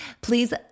please